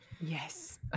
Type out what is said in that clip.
Yes